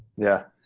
yeah.